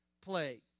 plague